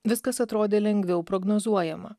viskas atrodė lengviau prognozuojama